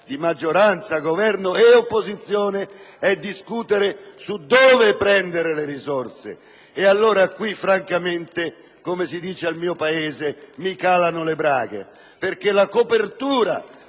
di maggioranza, Governo e opposizione è discutere su dove prendere tali risorse. Allora, francamente, come si dice al mio Paese, «mi calano le braghe», perché la copertura